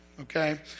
okay